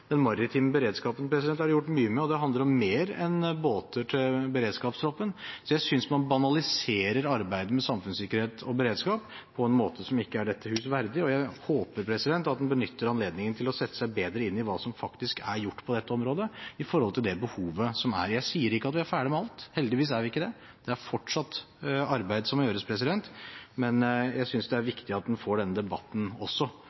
Den maritime beredskapen er det gjort mye med, og det handler om mer enn båter til beredskapstroppen. Jeg synes man banaliserer arbeidet med samfunnssikkerhet og beredskap på en måte som ikke er dette huset verdig, og jeg håper at en benytter anledningen til å sette seg bedre inn i hva som faktisk er gjort på dette området, i forhold til det behovet som er. Jeg sier ikke at vi er ferdig med alt – heldigvis er vi ikke det. Det er fortsatt arbeid som må gjøres. Men jeg synes det er viktig at en får denne debatten også